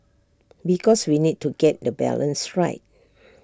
because we need to get the balance right